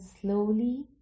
slowly